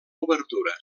obertura